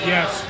Yes